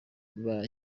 ngwara